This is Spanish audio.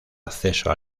acceso